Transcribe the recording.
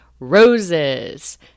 roses